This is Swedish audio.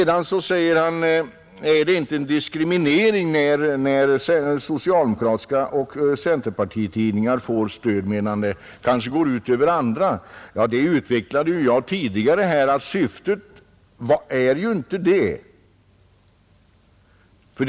Sedan undrar herr Magnusson om det inte är en diskriminering när socialdemokratiska och centerpartistiska tidningar får stöd medan skatten kanske går ut över andra. Jag utvecklade ju tidigare att syftet är inte detta.